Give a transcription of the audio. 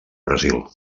brasil